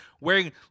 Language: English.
wearing